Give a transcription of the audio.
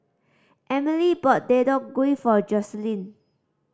Emilie bought Deodeok Gui for Jocelyn